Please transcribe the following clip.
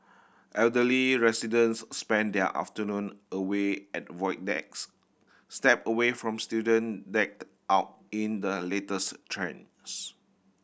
elderly residents spend their afternoon away at void decks step away from student decked out in the latest trends